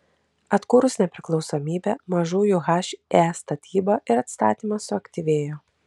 atkūrus nepriklausomybę mažųjų he statyba ir atstatymas suaktyvėjo